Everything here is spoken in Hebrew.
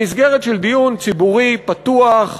במסגרת של דיון ציבורי פתוח,